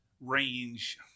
range